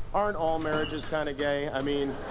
aren't all marriages kind of gay? i mean.